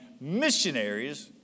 missionaries